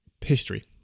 history